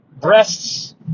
breasts